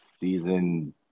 season